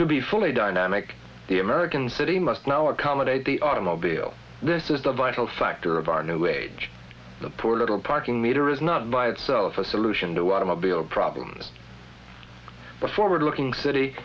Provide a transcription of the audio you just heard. to be fully dynamic the american city must now accommodate the automobile this is the vital factor of our new age the poor little parking meter is not by itself a solution to automobile problems but forward looking city